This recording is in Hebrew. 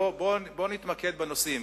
אבל בוא נתמקד בנושאים.